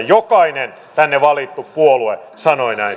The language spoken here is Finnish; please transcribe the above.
jokainen tänne valittu puolue sanoi näin